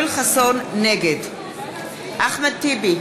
נגד אחמד טיבי,